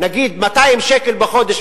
נגיד 200 שקל בחודש,